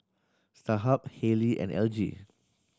Starhub Haylee and L G